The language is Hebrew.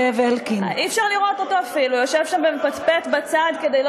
השר זאב אלקין יושב בצד שמאל שלנו.